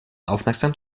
aufmerksam